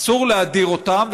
אסור להדיר אותם,